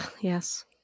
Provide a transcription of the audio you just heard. Yes